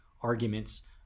arguments